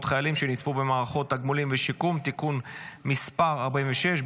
חיילים שנספו במערכה (תגמולים ושיקום) (תיקון מס' 46),